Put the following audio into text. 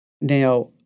Now